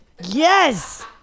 Yes